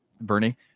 Bernie